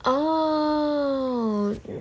oo oh